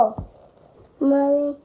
Mommy